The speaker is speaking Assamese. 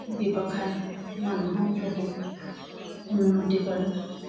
ব্যৱসায় মানুহক বহুত উন্নতি কৰে